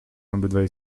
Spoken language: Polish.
obydwaj